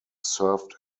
served